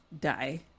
die